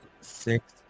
six